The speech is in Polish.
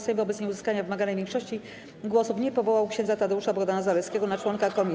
Sejm wobec nieuzyskania wymaganej większości głosów nie powołał ks. Tadeusza Bohdana Zaleskiego na członka komisji.